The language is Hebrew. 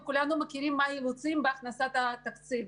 וכולנו מכירים מה האילוצים בהכנסת התקציב.